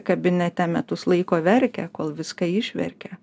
kabinete metus laiko verkia kol viską išverkia